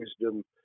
wisdom